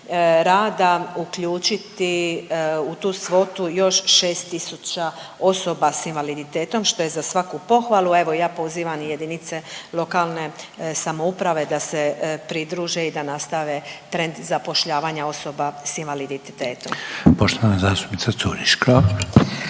rada uključiti u tu svotu još 6 tisuća osoba s invaliditetom, što je za svaku pohvalu, evo i ja pozivam i JLS da se pridruže i da nastave trend zapošljavanja osoba s invaliditetom. **Reiner, Željko